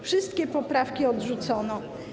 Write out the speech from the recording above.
Wszystkie poprawki odrzucono.